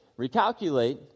recalculate